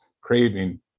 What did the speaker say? craving